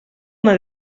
una